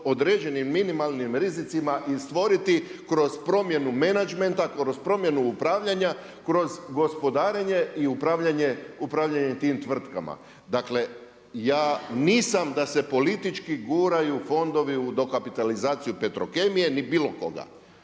određenim minimalnim rizicima i stvoriti kroz promjenu menadžmenta, kroz promjenu upravljanja, kroz gospodarenje i upravljanje tim tvrtkama. Dakle ja nisam da se politički guraju fondovi u dokapitalizaciju Petrokemije niti bilo koga.